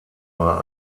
war